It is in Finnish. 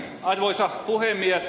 arvoisa puhemies